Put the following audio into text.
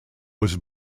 was